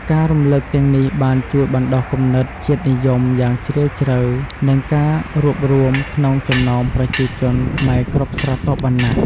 ការរំឭកទាំងនេះបានជួយបណ្ដុះគំនិត ជាតិនិយម យ៉ាងជ្រាលជ្រៅ និង ការរួបរួម ក្នុងចំណោមប្រជាជនខ្មែរគ្រប់ស្រទាប់វណ្ណៈ។